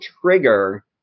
trigger